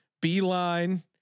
Beeline